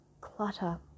clutter